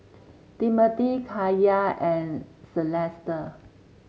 Timmothy Kaya and Celesta